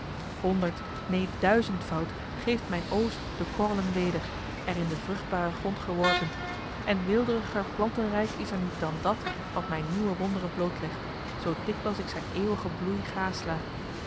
honderd neen duizendvoud geeft mijn oost de korrelen weder er in den vruchtbaren grond geworpen en weelderiger plantenrijk is er niet dan dat wat mij nieuwe wonderen bloot legt zoo dikwijls ik zijn eeuwigen bloei gâ sla